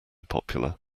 popular